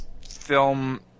film